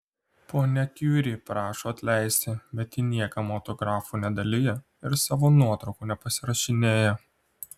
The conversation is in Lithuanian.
ponia kiuri prašo atleisti bet ji niekam autografų nedalija ir savo nuotraukų nepasirašinėja